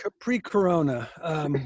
pre-corona